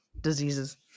diseases